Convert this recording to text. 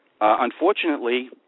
unfortunately